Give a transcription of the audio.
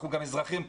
אנחנו גם אזרחים פה,